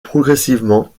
progressivement